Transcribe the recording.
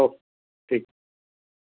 okay ठीकु